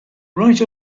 right